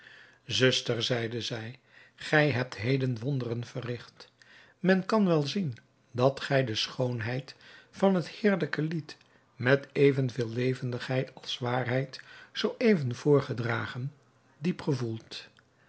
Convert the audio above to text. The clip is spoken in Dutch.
zuster zeide zij gij hebt heden wonderen verrigt men kan wel zien dat gij de schoonheid van het heerlijke lied met even veel levendigheid als waarheid zoo even voorgedragen diep gevoelt